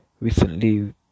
recently